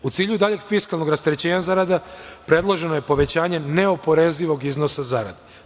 U cilju daljeg fiskalnog rasterećenja zarada, predloženo je povećanje neoporezivog iznosa zarade.